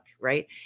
right